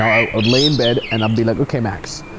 i would lay in bed and i'd be like, okay, max,